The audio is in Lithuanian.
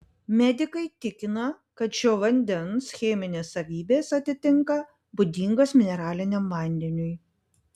medikai tikina kad šio vandens cheminės savybės atitinka būdingas mineraliniam vandeniui